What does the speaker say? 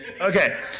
Okay